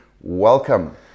welcome